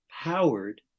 powered